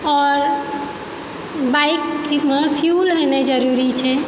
आओर बाइकमे फ्यूल होना जरुरी छै